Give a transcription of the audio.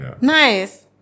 nice